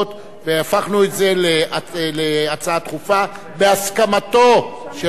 והפכנו את זה לשאילתא דחופה בהסכמתו של השר,